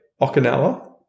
Okinawa